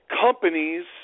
companies